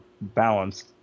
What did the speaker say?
balance